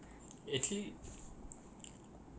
actually